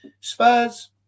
Spurs